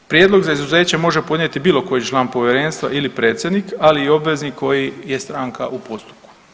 Prijedlog za izuzeće može podnijeti bilo koji član Povjerenstva ili predsjednik, ali i obveznik koji je stranka u postupku.